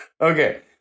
Okay